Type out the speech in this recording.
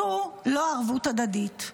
זו לא ערבות הדדית.